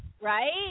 right